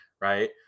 right